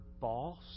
boss